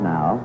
Now